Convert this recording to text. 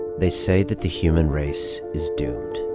they say that the human race is doomed.